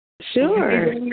Sure